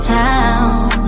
town